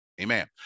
Amen